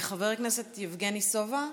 חבר הכנסת יבגני סובה,